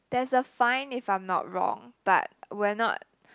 there's a fine if I'm not wrong but we're not